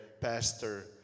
pastor